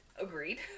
Agreed